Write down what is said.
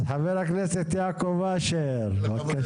אז חבר הכנסת יעקב אשר, בבקשה.